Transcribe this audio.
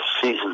season